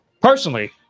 Personally